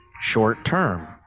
short-term